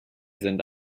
sind